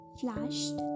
flashed